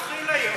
התחיל היום.